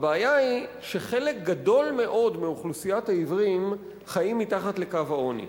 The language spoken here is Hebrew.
הבעיה היא שחלק גדול מאוד מאוכלוסיית העיוורים חיים מתחת לקו העוני,